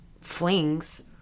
flings